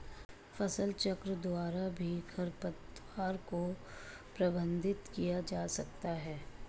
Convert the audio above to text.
फसलचक्र द्वारा भी खरपतवार को प्रबंधित किया जा सकता है